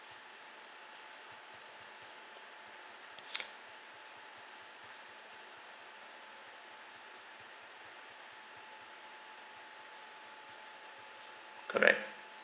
correct